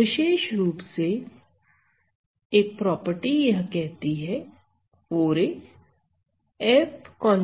तो विशेष रूप से एक प्रॉपर्टी यह कहती है 4 f ∗